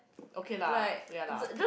okay lah ya lah